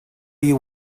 you